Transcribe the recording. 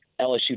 LSU